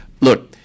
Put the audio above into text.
look